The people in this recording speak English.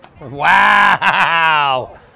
Wow